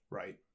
right